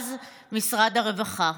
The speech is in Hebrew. במכרז משרד הרווחה.